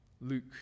Luke